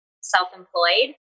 self-employed